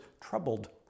troubled